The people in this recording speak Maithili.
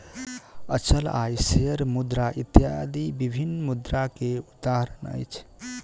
अचल आय, शेयर मुद्रा इत्यादि विभिन्न मुद्रा के उदाहरण अछि